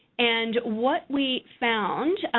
and what we found,